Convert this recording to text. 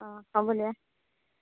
অঁ হ'ব দে